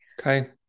okay